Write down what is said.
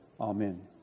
Amen